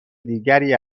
دیگری